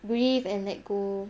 breath and let go